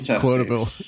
quotable